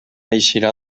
eixirà